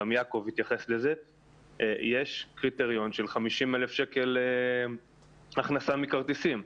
יש קריטריון של 50,000 הכנסה מכרטיסים.